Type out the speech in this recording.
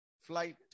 Flight